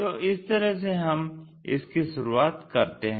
तो इस तरह से हम इसकी शुरुआत करते हैं